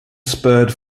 spurred